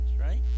right